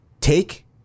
Take